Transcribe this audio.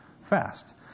fast